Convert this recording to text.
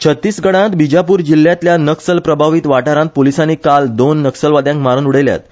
छत्तीसगढांत बिजापूर जिल्यांतल्या नक्सल प्रभावित वाठारांत प्रलिसानी काल दोन नक्सलवाद्यांक मारुन उडयल्यात